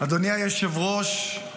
אדוני היושב-ראש.